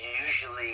usually